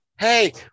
Hey